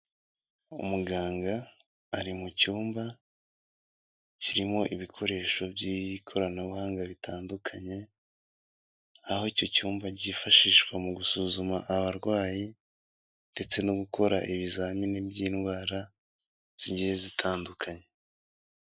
Umuganga ari mu cyumba kirimo ibikoresho by'ikoranabuhanga bitandukanye, aho icyo cyumba cyifashishwa mu gusuzuma abarwayi ndetse no gukora ibizamini by'indwara zigiye zitandukanye.